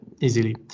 easily